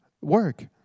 work